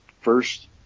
first